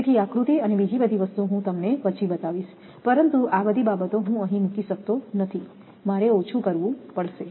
તેથી આકૃતિ અને બીજી બધી વસ્તુ હું તમને પછી બતાવીશ પરંતુ આ બધી બાબતો હું અહીં મૂકી શકતો નથી મારે ઓછું કરવું પડશે